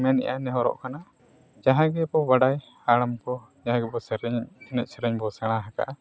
ᱢᱮᱱᱮᱫᱼᱟ ᱱᱮᱦᱚᱨᱚᱜ ᱠᱟᱱᱟ ᱡᱟᱦᱟᱸᱭ ᱜᱮᱠᱚ ᱵᱟᱲᱟᱭ ᱦᱟᱲᱟᱢ ᱠᱚ ᱡᱟᱦᱟᱸᱭ ᱠᱚᱠᱚ ᱥᱮᱨᱮᱧᱮᱫ ᱮᱱᱮᱡᱼᱥᱮᱨᱮᱧ ᱵᱚᱱ ᱥᱮᱬᱟ ᱟᱠᱟᱫᱼᱟ